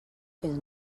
fins